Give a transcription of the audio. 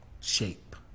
shape